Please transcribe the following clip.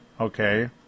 Okay